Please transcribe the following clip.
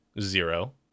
zero